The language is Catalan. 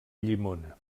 llimona